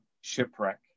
shipwreck